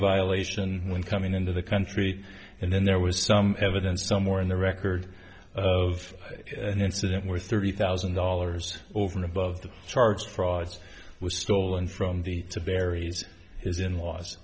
violation when coming into the country and then there was some evidence somewhere in the record of an incident where thirty thousand dollars over and above the charge fraud was stolen from the to barry's his in laws